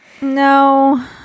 No